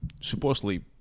supposedly